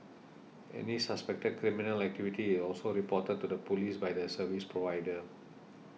any suspected criminal activity is also reported to the police by the service provider